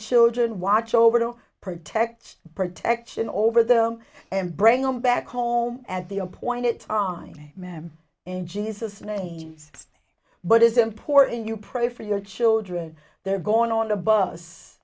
children watch over to protect protection over them and bring them back home at the appointed time ma'am in jesus names but is important you pray for your children they're going on a bus